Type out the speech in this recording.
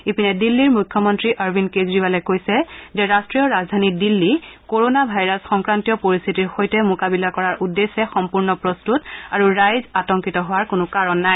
ইপিনে দিল্লীৰ মুখ্যমন্ত্ৰী অৰবিন্দ কেজৰিৱালে কৈছে যে ৰাষ্ট্ৰীয় ৰাজধানী দিল্লী কৰোণা ভাইৰাছ সংক্ৰান্তীয় পৰিস্থিতিৰ সৈতে মোকাবিলা কৰাৰ উদ্দেশ্যে সম্পূৰ্ণ প্ৰস্তুত আৰু ৰাইজ আতংকিত হোৱাৰ কোনো কাৰণ নাই